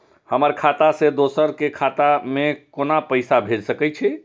हमर खाता से दोसर के खाता में केना पैसा भेज सके छे?